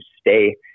stay